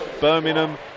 Birmingham